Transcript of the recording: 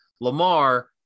Lamar